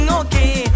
okay